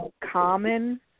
common